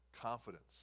confidence